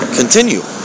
continue